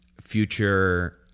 Future